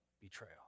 betrayal